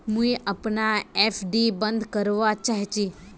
मुई अपना एफ.डी बंद करवा चहची